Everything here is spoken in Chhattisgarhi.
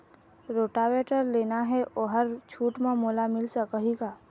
रोटावेटर लेना हे ओहर छूट म मोला मिल सकही का?